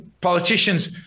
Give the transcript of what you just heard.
politicians